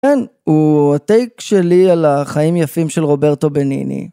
כן, הוא הטייק שלי על החיים יפים של רוברטו בניני.